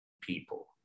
people